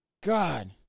God